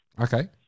Okay